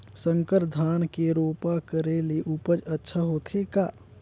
संकर धान के रोपा करे ले उपज अच्छा होथे का?